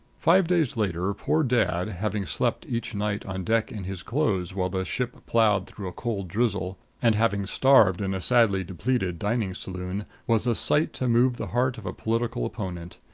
five days later poor dad, having slept each night on deck in his clothes while the ship plowed through a cold drizzle, and having starved in a sadly depleted dining saloon, was a sight to move the heart of a political opponent.